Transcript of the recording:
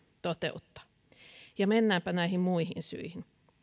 toteuttaa mennäänpä näihin muihin syihin